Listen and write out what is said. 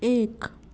एक